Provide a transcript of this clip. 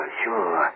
sure